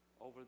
over